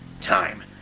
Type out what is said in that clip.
time